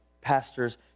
pastors